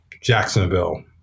Jacksonville